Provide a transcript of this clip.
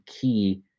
key